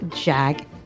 Jack